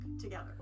together